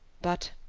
but,